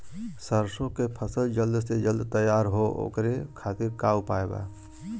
सरसो के फसल जल्द से जल्द तैयार हो ओकरे खातीर का उपाय बा?